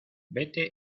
vete